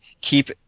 keep